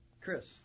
Chris